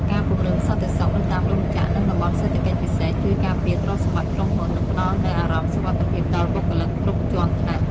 ការពង្រឹងសន្តិសុខនៅតាមរោងចក្រ និងតំបន់សេដ្ឋកិច្ចពិសេស ជួយការពារទ្រព្យសម្បត្តិក្រុមហ៊ុន និងផ្ដល់នូវអារម្មណ៍សុវត្ថិភាពដល់បុគ្គលិកគ្រប់ជាន់ថ្នាក់។